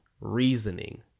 reasoning